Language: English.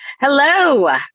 Hello